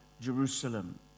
Jerusalem